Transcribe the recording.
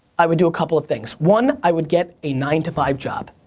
i would do a couple of things. one, i would get a nine to five job.